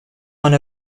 one